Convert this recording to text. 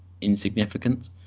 insignificant